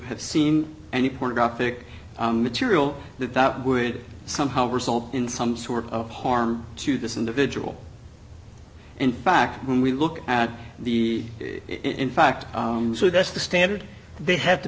have seen any pornographic material that that would somehow result in some sort of harm to this individual in fact when we look at the in fact that's the standard they have to